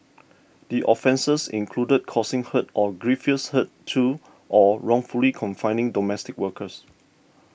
the offences included causing hurt or grievous hurt to or wrongfully confining domestic workers